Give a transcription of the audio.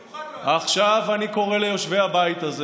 עכשיו, אני קורא ליושבי הבית הזה